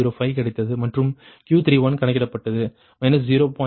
005 கிடைத்தது மற்றும் Q3 கணக்கிடப்பட்டது 0